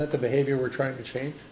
that the behavior we're trying to change